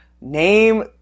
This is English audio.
name